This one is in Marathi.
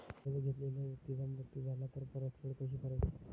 कर्ज घेतलेल्या व्यक्तीचा मृत्यू झाला तर परतफेड कशी करायची?